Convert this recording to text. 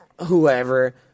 whoever